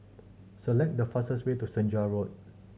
select the fastest way to Senja Road